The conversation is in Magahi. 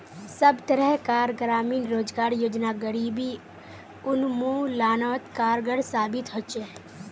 सब तरह कार ग्रामीण रोजगार योजना गरीबी उन्मुलानोत कारगर साबित होछे